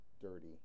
dirty